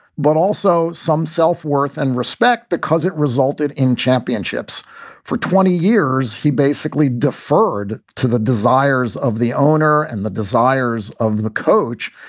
but also some self-worth and respect because it resulted in championships for twenty years. he basically deferred to the desires of the owner and the desires of the coach.